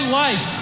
life